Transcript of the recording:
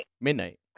midnight